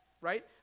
right